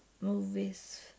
movies